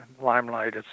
limelight